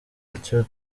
atyo